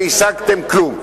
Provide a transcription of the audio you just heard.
והשגתם כלום.